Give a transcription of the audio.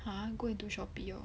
!huh! go into shopee lor